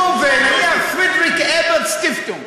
היה כתוב: Friedrich Ebert Stiftung.